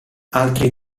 altri